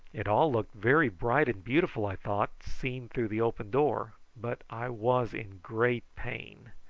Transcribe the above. it all looked very bright and beautiful, i thought, seen through the open door, but i was in great pain.